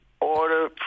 order